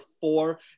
four